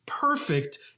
perfect